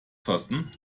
fassen